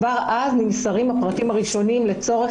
כבר אז נמסרים הפרטים הראשונים לצורך